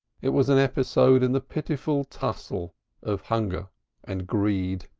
it was an episode in the pitiful tussle of hunger and greed,